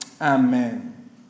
Amen